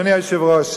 אדוני היושב-ראש,